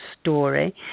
story